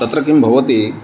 तत्र किं भवति